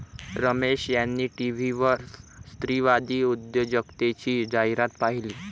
रमेश यांनी टीव्हीवर स्त्रीवादी उद्योजकतेची जाहिरात पाहिली